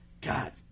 God